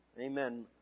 Amen